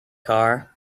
car